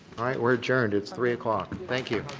alright, we're adjourned. it's three o'clock. thank you.